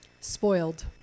spoiled